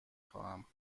خواهم